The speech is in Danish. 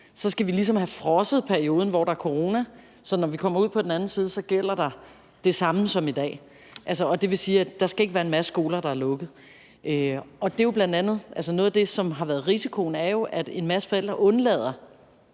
skal vi ligesom have frosset den periode, hvor der er corona, sådan at når vi kommer ud på den anden siden, gælder det samme som i dag, og det vil sige, at der ikke skal være en masse skoler, der er lukket. Noget af det, som bl.a. har været risikoen, var, at en masse forældre ville